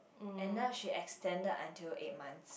and now she extended until eight months